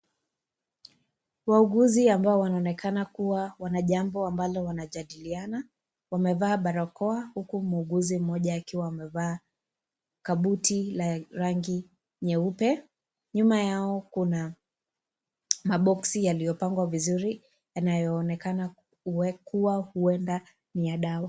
Wauguzi ambao wanaekana kuwa, Wana jambo, ambalo wanajadiliana, wamevaa barakoa, huku muuguzi moja akiwa amevaa kabuti, la rangi, nyeupe, nyuma yao kuna maboksi ya liopangwa vizuri, yanayoonekana kuwekwa, huenda, ni ya dawa.